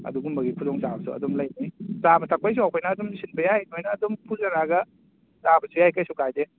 ꯑꯗꯨꯒꯨꯝꯕꯒꯤ ꯈꯨꯗꯣꯡ ꯆꯥꯕꯁꯨ ꯑꯗꯨꯝ ꯂꯩꯅꯤ ꯆꯥꯕ ꯊꯛꯄꯩꯁꯨ ꯑꯩꯈꯣꯏꯅ ꯑꯗꯨꯝ ꯁꯤꯟꯕ ꯌꯥꯏ ꯅꯣꯏꯅ ꯑꯗꯨꯝ ꯄꯨꯖꯔꯛꯑꯒ ꯆꯥꯕꯁꯨ ꯌꯥꯏ ꯀꯩꯁꯨ ꯀꯥꯏꯗꯦ